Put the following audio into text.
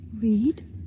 Read